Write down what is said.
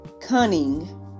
cunning